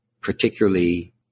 particularly